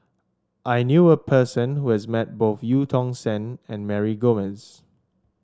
I knew a person who has met both Eu Tong Sen and Mary Gomes